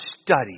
study